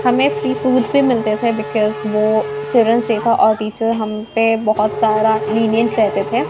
ہمیں free foods بھی ملتے تھے بکاز وہ چلڈرنس ڈے کا اور ٹیچر ہم پہ بہت سارا لینینٹ رہتے تھے